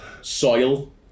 Soil